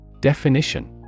Definition